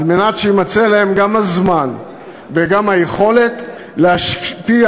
כדי שיימצאו להם גם הזמן וגם היכולת להשפיע